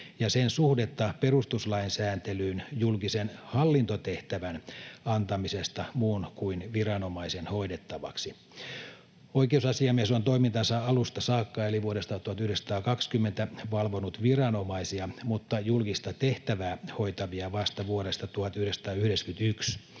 ja sen suhdetta perustuslain sääntelyyn julkisen hallintotehtävän antamisesta muun kuin viranomaisen hoidettavaksi. Oikeusasiamies on toimintansa alusta saakka, eli vuodesta 1920, valvonut viranomaisia, mutta julkista tehtävää hoitavia vasta vuodesta 1991.